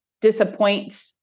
disappoint